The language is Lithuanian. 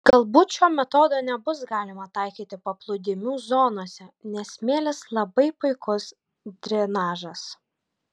galbūt šio metodo nebus galima taikyti paplūdimių zonose nes smėlis labai puikus drenažas